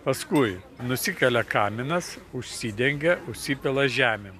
paskui nusikelia kaminas užsidengia užsipila žemėn